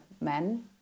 men